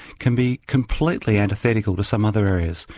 can be completely antithetical to some other areas.